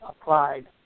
applied